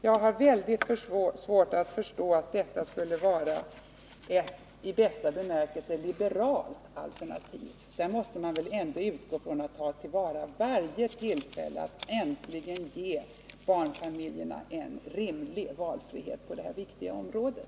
Jag har väldigt svårt att förstå att detta skulle vara ett särskilt liberalt alternativ, för då måste man väl ta till vara varje tillfälle att äntligen ge barnfamiljerna en rimlig valfrihet på det här viktiga området.